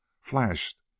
flashed